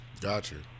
Gotcha